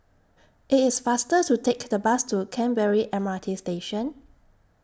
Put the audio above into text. IT IS faster to Take The Bus to Canberra M R T Station